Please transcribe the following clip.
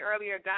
earlier